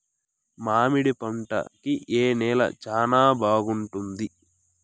మామిడి పంట కి ఏ నేల చానా బాగుంటుంది